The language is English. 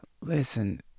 Listen